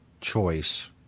choice